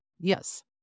Yes